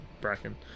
Bracken